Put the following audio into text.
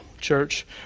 Church